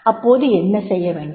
அப்போது என்ன செய்ய வேண்டும்